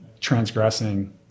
transgressing